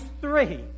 three